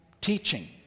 teaching